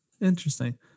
Interesting